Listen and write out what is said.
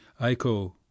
Aiko